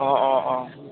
অঁ অঁ অঁ